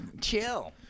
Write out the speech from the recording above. Chill